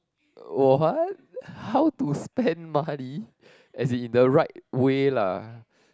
what how to spend money as in the right way lah